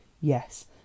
Yes